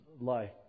life